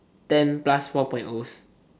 ten plus four point so